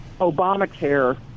Obamacare